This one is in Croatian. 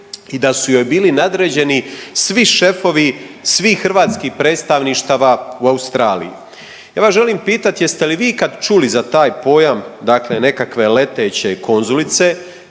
i da su joj bili nadređeni svi šefovi svih hrvatskih predstavništava u Australiji. Ja vas želim pitat jeste li vi ikad čuli za taj pojam dakle nekakve leteće konzulice